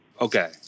Okay